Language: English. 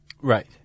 Right